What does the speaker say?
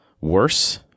worse